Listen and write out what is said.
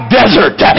desert